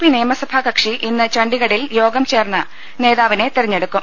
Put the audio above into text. P നിയമസഭാ കക്ഷി ഇന്ന് ചണ്ഡിഗഡിൽ യോഗം ചേർന്ന് നേതാവിനെ തെരഞ്ഞെടുക്കും